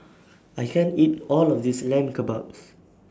I can't eat All of This Lamb Kebabs